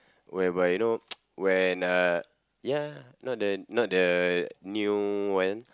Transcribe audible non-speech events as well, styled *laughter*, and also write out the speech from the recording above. whereby you know *noise* when uh ya not the not the new one